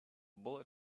bullet